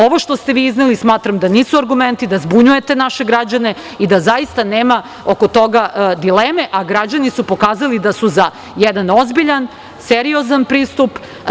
Ovo što ste vi izneli smatram da nisu argumenti, da zbunjujete naše građane i da zaista nema oko toga dileme, a građani su pokazali da su za jedan ozbiljan, seriozan pristup.